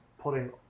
putting